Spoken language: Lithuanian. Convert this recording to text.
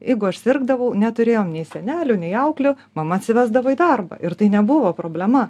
jeigu aš sirgdavau neturėjom nei senelių nei auklių mama atsivesdavo į darbą ir tai nebuvo problema